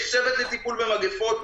יש צוות לטיפול במגפות,